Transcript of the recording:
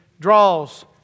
draws